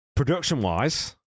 Production-wise